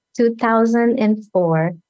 2004